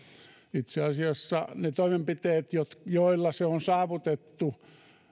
itse asiassa ne toimenpiteet joilla se on saavutettu